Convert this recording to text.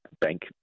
bank